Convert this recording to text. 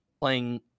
playing